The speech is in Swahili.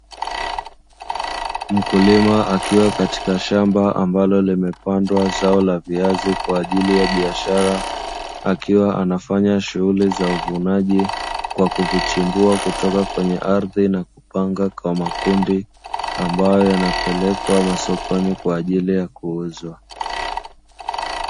Mkulima akiwa katika shamba ambalo limepandwa zao la viazi kwa ajili ya biashara, akiwa anafanya shughuli za uvunaji kwa kuvichimbua kutoka kwenye ardhi na kupanga kwa makundi, ambayo yanapelekwa masokoni kwa ajili ya kuuzwa.